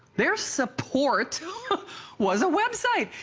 their support was a website.